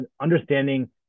understanding